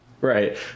Right